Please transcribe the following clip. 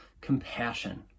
compassion